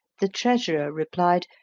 the treasurer replied,